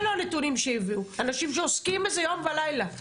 אלו הנתונים שהביאו אנשים שעוסקים בזה יום ולילה,